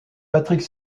patrick